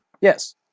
Yes